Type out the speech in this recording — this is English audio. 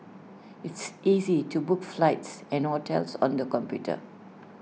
it's easy to book flights and hotels on the computer